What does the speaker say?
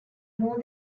more